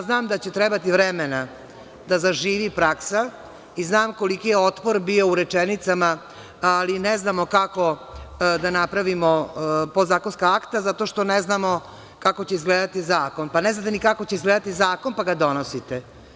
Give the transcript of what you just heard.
Znam da će trebati vremena da zaživi praksa i znam koliki je otpor bio u rečenicama, ali - ne znamo kako da napravimo podzakonska akta, zato što ne znamo kako će izgledati zakon, pa, ne znate ni kako će izgledati zakon pa ga donosite.